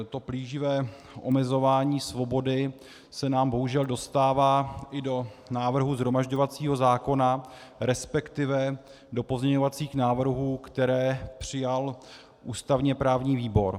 To plíživé omezování svobody se nám bohužel dostává i do návrhu shromažďovacího zákona, resp. do pozměňovacích návrhů, které přijal ústavněprávní výbor.